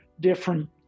different